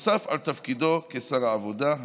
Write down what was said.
נוסף על תפקידו כשר העבודה,